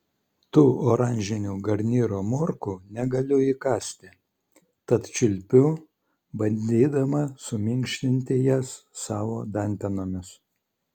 tų oranžinių garnyro morkų negaliu įkąsti tad čiulpiu bandydama suminkštinti jas savo dantenomis